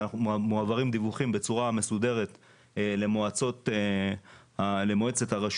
ומועברים דיווחים בצורה מסודרת למועצת הרשות,